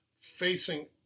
facing